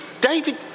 David